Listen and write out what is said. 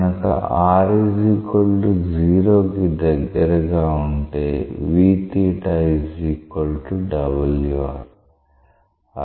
కనుక r 0 కి దగ్గరగా ఉంటే